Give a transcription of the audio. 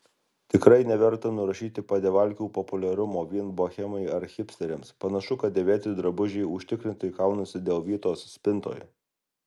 tikrai neverta nurašyti padevalkių populiarumo vien bohemai ar hipsteriams panašu kad dėvėti drabužiai užtikrintai kaunasi dėl vietos spintoje